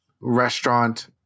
Restaurant